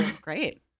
Great